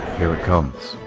here it comes.